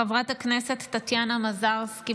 חברת הכנסת טטיאנה מזרסקי,